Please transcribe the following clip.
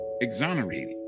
exonerated